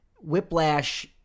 Whiplash